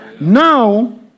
Now